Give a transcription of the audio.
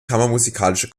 kammermusikalische